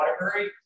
Waterbury